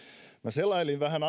selailin vähän